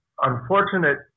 unfortunate